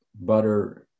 butter